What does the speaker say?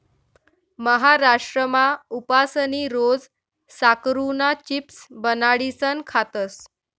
महाराष्ट्रमा उपासनी रोज साकरुना चिप्स बनाडीसन खातस